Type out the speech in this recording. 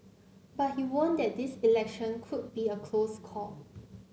but he warned that this election could be a close call